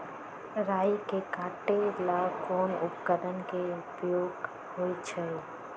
राई के काटे ला कोंन उपकरण के उपयोग होइ छई?